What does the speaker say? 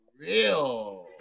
real